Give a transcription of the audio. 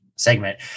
segment